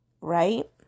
right